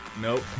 Nope